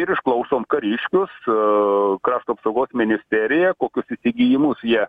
ir išklausom kariškius krašto apsaugos ministeriją kokius įsigijimus jie